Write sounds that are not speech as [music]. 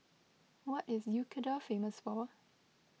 what is [unintelligible] famous for